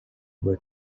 with